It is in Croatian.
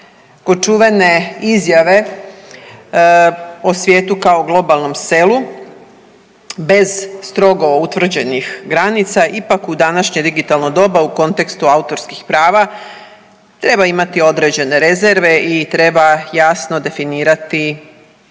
Kod čuvene izjave o svijetu kao globalnom selu bez strogo utvrđenih granica, ipak u današnje digitalno doba u kontekstu autorskih prava treba imati određene rezerve i treba jasno definirati